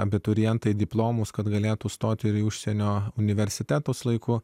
abiturientai diplomus kad galėtų stoti ir į užsienio universitetus laiku